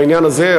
בעניין זה,